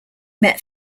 met